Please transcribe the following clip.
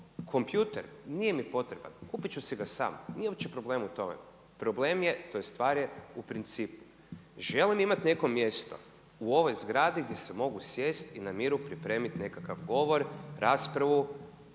kompjuter nije mi potreban, kupit ću si ga sam. Nije uopće problem u tome. Problem je, tj. stvar je u principu. Želim imat neko mjesto u ovoj zgradi gdje se mogu sjest i na miru pripremiti nekakav govor, raspravu,